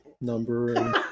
number